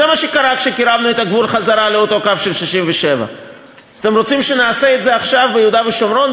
זה מה שקרה כשקירבנו את הגבול חזרה לאותו קו של 1967. אז אתם רוצים שנעשה את זה עכשיו ביהודה ושומרון,